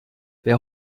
wer